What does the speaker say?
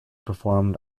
performed